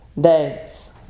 days